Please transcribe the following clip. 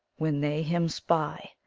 when they him spy,